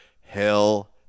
Hell